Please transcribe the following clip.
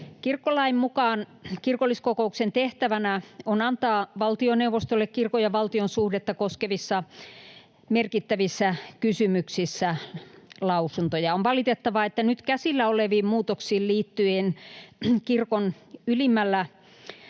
Kirkkolain mukaan kirkolliskokouksen tehtävänä on antaa valtioneuvostolle kirkon ja valtion suhdetta koskevissa merkittävissä kysymyksissä lausuntoja. On valitettavaa, että nyt käsillä oleviin muutoksiin liittyen kirkon ylimmällä